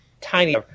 tiny